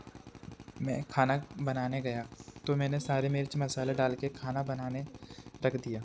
मैं खाना बनाने गया तो मैंने सारे मिर्च मसाले डाल केर खाना बनाने रख दिया